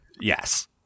Yes